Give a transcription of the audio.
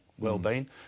well-being